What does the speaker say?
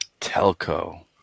Telco